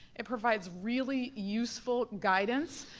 it provides really useful guidance,